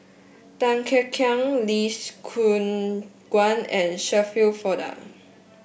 Tan Kek Hiang Lee Choon Guan and Shirin Fozdar